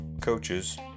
coaches